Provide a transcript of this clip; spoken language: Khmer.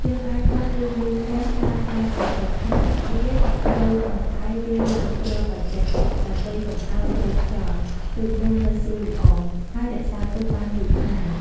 យើងអាចបត់ ឬមូរនំ តាមការចូលចិត្ត ហើយដាក់វាចូលក្នុងកែវឬ ឡាំងគ្របអោយជិត ដើម្បីកុំអោយចូលខ្យល់ ទើបនំនៅស្រួយល្អ ហើយរក្សាទុកបានយូរថ្ងៃ។